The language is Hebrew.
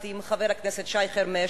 יחד עם חבר הכנסת שי חרמש,